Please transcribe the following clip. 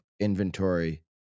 inventory